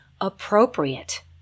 appropriate